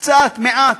קצת, מעט.